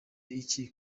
iki